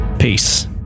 Peace